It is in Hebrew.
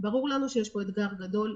ברור לנו שיש פה אתגר גדול.